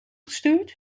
gestuurd